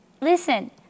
Listen